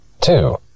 Two